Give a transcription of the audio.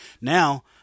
Now